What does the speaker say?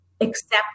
accept